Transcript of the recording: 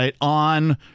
on